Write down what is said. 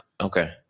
Okay